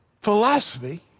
philosophy